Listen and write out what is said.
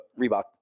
Reebok